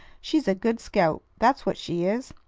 she's a good scout. that's what she is.